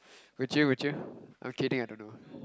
would you would you I'm kidding I don't know